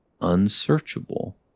unsearchable